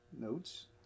notes